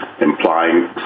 implying